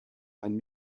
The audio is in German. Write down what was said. einen